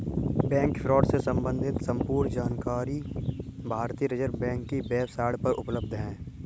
bank fraud से सम्बंधित संपूर्ण जानकारी भारतीय रिज़र्व बैंक की वेब साईट पर उपलब्ध है